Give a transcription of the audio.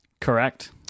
Correct